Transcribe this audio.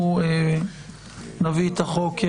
אנחנו נביא את החוק,